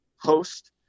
host